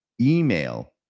email